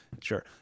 Sure